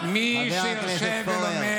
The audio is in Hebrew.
חבר הכנסת פורר.